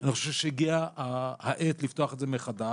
אני חושב שהגיעה העת לפתוח את זה מחדש